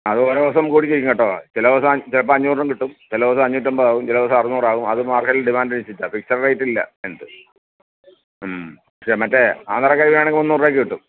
അത് ഓരോ ദിവസം കൂടി വരും കേട്ടോ ചില ദിവസം ചിലപ്പം അഞ്ഞൂറിനും കിട്ടും ചില ദിവസം അഞ്ഞൂറ്റൻപത് ആവും ചില ദിവസം അറനൂറാവും അത് മാർക്കറ്റിലെ ഡിമാൻഡ് അനുസരിച്ചിട്ടാണ് ഫിക്സഡ് റേറ്റ് ഇല്ല അതിൻറെ അകത്ത് മറ്റേ ആന്ധ്രാ കരിമീൻ ആണെങ്കിൽ മുന്നൂറ് രൂപയ്ക്ക് കിട്ടും